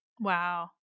Wow